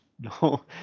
no